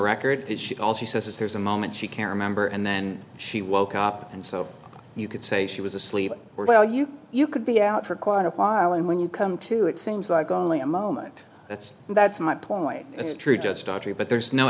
record all she says is there's a moment she can remember and then she woke up and so you could say she was asleep well you you could be out for quite a while and when you come to it seems like only a moment that's that's my point that's true just dodgy but there's no